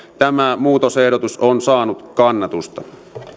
tämä muutosehdotus on saanut kannatusta